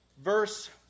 verse